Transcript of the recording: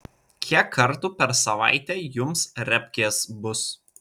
kiek kartų per savaitę jums repkės bus